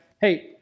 hey